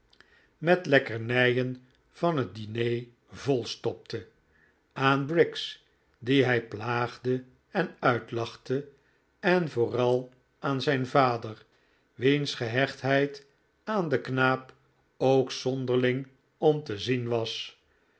met lekkernijen van het diner volstopte aan briggs die hij plaagde en uitlachte en vooral aan zijn vader wiens gehechtheid aan den knaap ook zonderling om te zien was